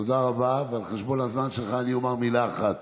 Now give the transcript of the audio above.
תודה רבה, ועל חשבון הזמן שלך אני אומר מילה אחת.